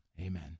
amen